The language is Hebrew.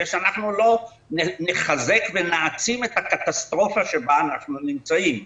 שאנחנו לא נחזק ונעצים את הקטסטרופה שבה אנחנו נמצאים.